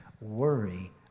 worry